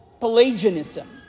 Pelagianism